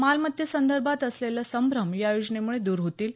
मालमत्तेसंदर्भात असलेले संभ्रम या योजनेमुळे द्र होतील